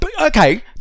Okay